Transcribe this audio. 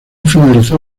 finalizó